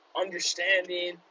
understanding